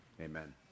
Amen